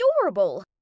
adorable